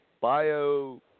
bio